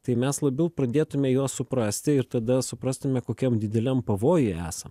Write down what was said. tai mes labiau pradėtume juos suprasti ir tada suprastume kokiam dideliam pavojuj esam